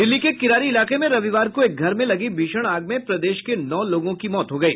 दिल्ली के किरारी इलाके में रविवार को एक घर में लगी भीषण आग में प्रदेश के नौ लोगों की मौत हो गयी